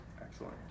Excellent